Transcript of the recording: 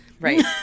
Right